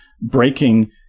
breaking